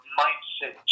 mindset